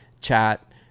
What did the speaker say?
chat